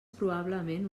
probablement